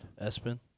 espen